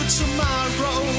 tomorrow